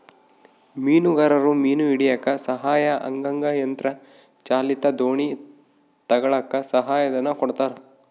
ಮೀನುಗಾರರು ಮೀನು ಹಿಡಿಯಕ್ಕ ಸಹಾಯ ಆಗಂಗ ಯಂತ್ರ ಚಾಲಿತ ದೋಣಿ ತಗಳಕ್ಕ ಸಹಾಯ ಧನ ಕೊಡ್ತಾರ